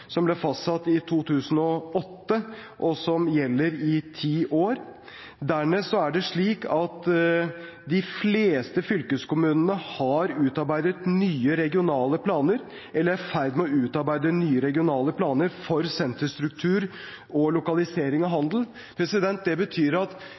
som ble fastsatt i 2008, og som gjelder i ti år. Dernest er det slik at de fleste fylkeskommunene har utarbeidet, eller er i ferd med å utarbeide, nye regionale planer for senterstruktur og lokalisering av